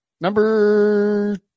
number